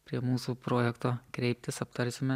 prie mūsų projekto kreiptis aptarsime